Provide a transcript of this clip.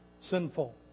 sinful